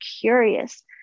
curious